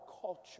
culture